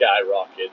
skyrocket